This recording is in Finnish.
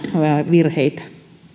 virheitä